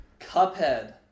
Cuphead